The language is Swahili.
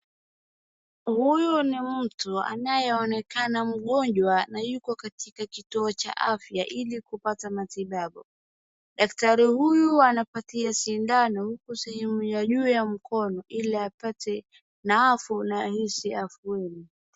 Huyu ni mtu anayeonekana mgonjwa na yuko katika kituo cha afya ili kupata matibabu. Daktari huyu anapatia sindano uku sehemu ya juu ya mkono ili apate naafu na ahisi afueni.